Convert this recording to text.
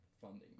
Funding